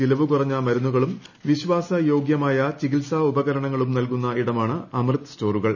ചെലവുകുറഞ്ഞ മരുന്നുകളും വിശ്വാസയോഗ്യമായ ചികിത്സാ ഉപകരണങ്ങളും നൽകുന്ന ഇടമാണ് അമൃത് സ്റ്റോറുകൾ